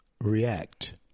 react